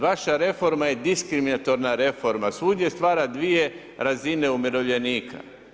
Vaša reforma je diskriminatorna reforma, svugdje stvara dvije razine umirovljenika.